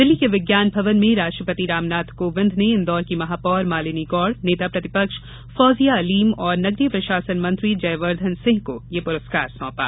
दिल्ली के विज्ञान भवन में राष्ट्रपति रामनाथ कोविंद ने इंदौर की महापौर मालिनी गौड नेता प्रतिपक्ष फौजिया अलीम और नगरीय प्रशासन मंत्री जयवर्धन सिंह को यह प्रस्कार सौपा